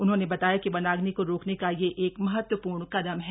उन्होंने बताया कि वनाग्नि को रोकने का यह एक महत्वपूर्ण कदम है